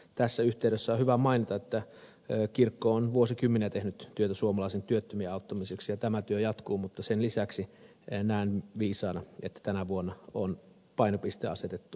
tässä yhteydessä on hyvä mainita että kirkko on vuosikymmeniä tehnyt työtä suomalaisten työttömien auttamiseksi ja tämä työ jatkuu mutta sen lisäksi näen viisaana että tänä vuonna on painopiste asetettu maahanmuuttajiin